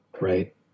right